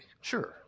sure